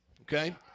okay